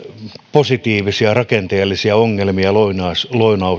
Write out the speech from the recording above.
positiivisia rakenteellisia ongelmia lounais